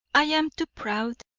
i am too proud,